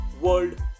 World